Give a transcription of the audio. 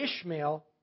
Ishmael